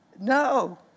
No